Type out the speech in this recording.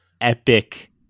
Epic